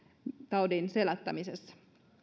taudin selättämisessä